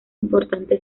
importante